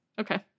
Okay